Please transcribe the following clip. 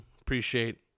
appreciate